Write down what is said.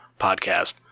podcast